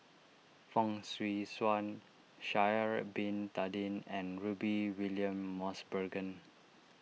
Fong Swee Suan Shaari Bin Tadin and Rudy William Mosbergen